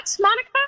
Monica